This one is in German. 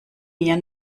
mir